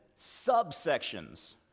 subsections